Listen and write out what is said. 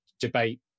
debate